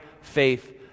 faith